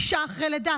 אישה אחרי לידה,